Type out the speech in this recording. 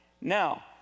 Now